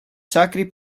sacri